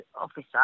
officer